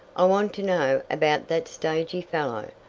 i want to know about that stagey fellow.